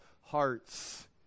hearts